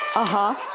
ah huh.